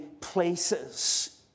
places